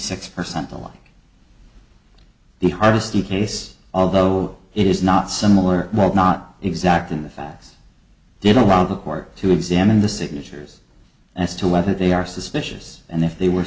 six percent alike the hardesty case although it is not similar well not exact in the facts did allow the court to examine the signatures as to whether they are suspicious and if they were